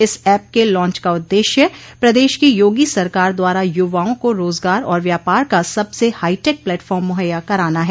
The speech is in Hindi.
इस ऐप के लांच का उद्देश्य पदेश की योगी सरकार द्वारा युवाओं को रोजगार और व्यापार का सबसे हाईटेक प्लेटफार्म मुहैया कराना है